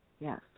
Yes